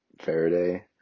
Faraday